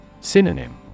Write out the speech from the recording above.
Synonym